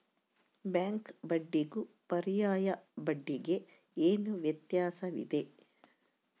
Bank ಬಡ್ಡಿಗೂ ಪರ್ಯಾಯ ಬಡ್ಡಿಗೆ ಏನು ವ್ಯತ್ಯಾಸವಿದೆ?